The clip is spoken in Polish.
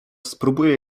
spróbuję